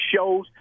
shows